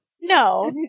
No